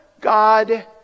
God